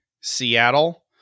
Seattle